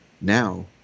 now